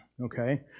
okay